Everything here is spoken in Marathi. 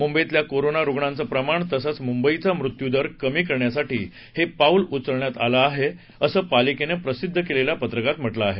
मुंबईतल्या कोरोना रुग्णांचं प्रमाण तसंच मुंबईचा मृत्युदर कमी करण्यासाठी हे पाऊल उचलण्यात आलं आहे असं पालिकेनं प्रसिद्ध केलेल्या पत्रकात म्हटलं आहे